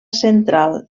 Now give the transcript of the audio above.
central